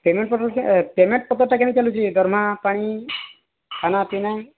payment ପତ୍ର payment ପତ୍ରଟା କେମିତି ଚାଲିଛି ଦରମା ପାଣି ଖାନା ପିନା